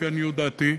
לפי עניות דעתי,